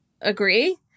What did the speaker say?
agree